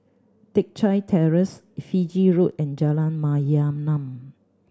Teck Chye Terrace Fiji Road and Jalan Mayaanam